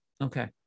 okay